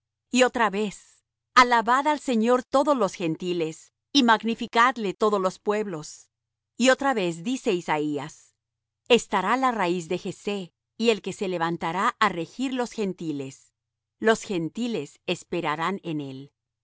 y otra vez alabad al señor todos los gentiles y magnificadle todos los pueblos y otra vez dice isaías estará la raíz de jessé y el que se levantará á regir los gentiles los gentiles esperarán en él